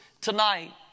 tonight